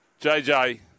JJ